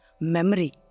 memory